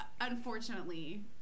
Unfortunately